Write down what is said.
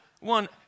One